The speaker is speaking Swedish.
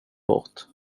bort